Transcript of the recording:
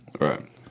Right